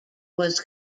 was